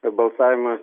bet balsavimas